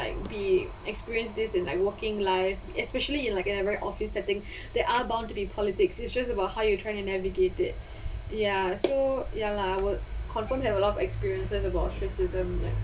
like be experience this in my working life especially in like a every office setting there are bound to be politics is just about how you try to navigate it ya so ya lah I will confirm there were a lot of experiences of ostracism like